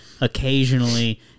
occasionally